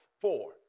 Four